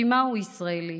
כי מהו ישראלי?